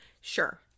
Sure